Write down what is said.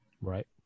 Right